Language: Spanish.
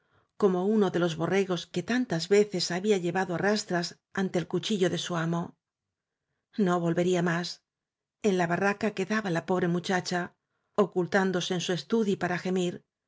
como uno de los borregos que tantas veces había llevado á rastras ante el cuchillo de su amo no volvería más en la barraca quedaba la pobre muchacha ocultándose en su estudi para gemir